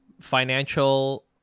financial